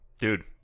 dude